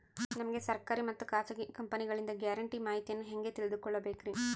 ನಮಗೆ ಸರ್ಕಾರಿ ಮತ್ತು ಖಾಸಗಿ ಕಂಪನಿಗಳಿಂದ ಗ್ಯಾರಂಟಿ ಮಾಹಿತಿಯನ್ನು ಹೆಂಗೆ ತಿಳಿದುಕೊಳ್ಳಬೇಕ್ರಿ?